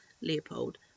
Leopold